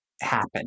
happen